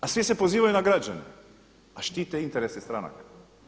A svi se pozivaju na građane a štite interese stranaka.